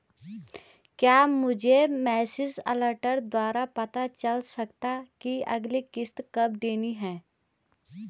क्या मुझे message alert द्वारा पता चल सकता कि अगली किश्त कब देनी है?